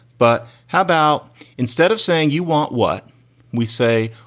but how about instead of saying you want what we say?